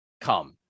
come